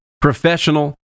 professional